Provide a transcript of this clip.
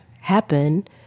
happen